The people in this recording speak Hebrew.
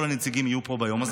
כל הנציגים יהיו פה ביום הזה.